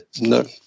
No